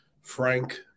Frank